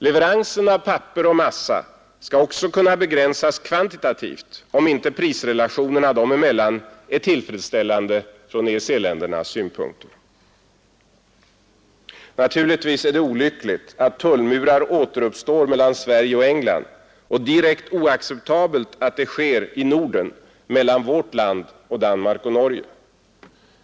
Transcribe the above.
Leveransen av papper och massa skall också kunna begränsas kvantitativt, om inte prisrelationerna dem emellan är tillfredsställande från EEC-ländernas synpunkter. Naturligtvis är det olyckligt att tullmurar återuppstår mellan Sverige och England och direkt oacceptabelt att det sker i Norden, mellan vårt land och Danmark och Norge.